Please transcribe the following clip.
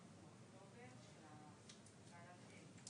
נסיבות אובייקטיביות,